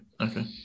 okay